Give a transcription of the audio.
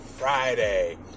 Friday